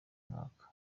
mwaka